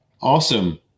Awesome